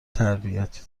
تربیتی